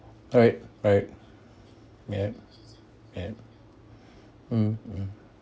alright alright yup yup mm mm